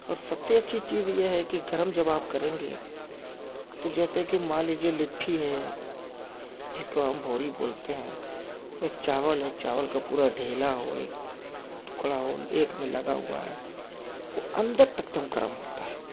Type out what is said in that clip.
اور سب سے اچھی چیز یہ ہے کہ گرم جب آپ کریں گے تو جیسا کہ مان لیجیے لٹھی ہے جس کو ہم بھوری بولتے ہیں یا چاول ہے چاول کا پورا ڈھیلا ہو ایک ٹکڑا ہو ایک میں لگا ہوا ہے وہ اندر تک ایک دم گرم ہوتا